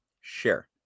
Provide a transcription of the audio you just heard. Share